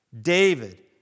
David